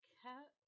cat